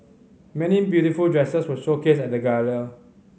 many beautiful dresses were showcased at the gala